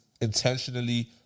intentionally